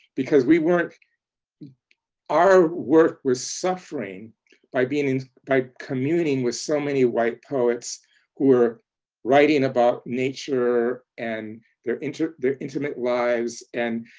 because we weren't our work was suffering by being communing with so many white poets who were writing about nature and their intimate their intimate lives. and,